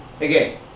Again